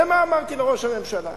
ומה אמרתי לראש הממשלה?